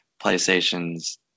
PlayStation's